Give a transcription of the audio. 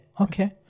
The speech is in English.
Okay